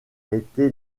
été